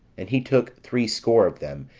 and he took threescore of them,